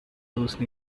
those